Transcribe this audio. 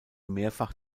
mehrfach